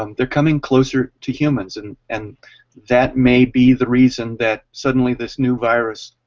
um they're coming closer to humans. and and that may be the reason that suddenly this new virus